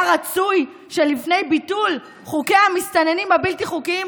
היה רצוי שלפני ביטול חוקי המסתננים הבלתי-חוקיים,